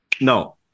No